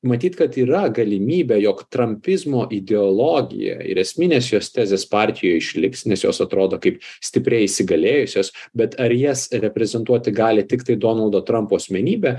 matyt kad yra galimybė jog trampizmo ideologija ir esminės jos tezės partijoj išliks nes jos atrodo kaip stipriai įsigalėjusios bet ar jas reprezentuoti gali tiktai donaldo trumpo asmenybė